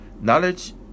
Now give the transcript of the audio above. Knowledge